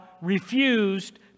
refused